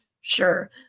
Sure